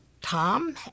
Tom